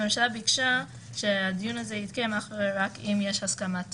הממשלה ביקשה שהדיון יתקיים רק אם יש הסכמת תובע,